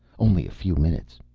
only a few minutes.